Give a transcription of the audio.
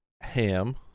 ham